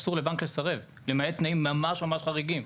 אסור לבנק לסרב, למעט תנאים ממש ממש חריגים.